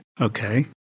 Okay